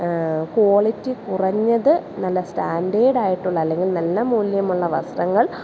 quality കുറഞ്ഞത് നല്ല standard ആയിട്ടുള്ള അല്ലെങ്കിൽ നല്ല മൂല്യമുള്ള വസ്ത്രങ്ങൾ